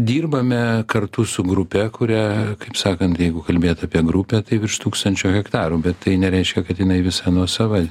dirbame kartu su grupe kurią kaip sakant jeigu kalbėt apie grupę tai virš tūkstančio hektarų bet tai nereiškia kad jinai visa nuosava